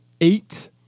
eight